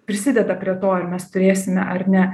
prisideda prie to ar mes turėsime ar ne